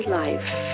life